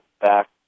back